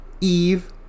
eve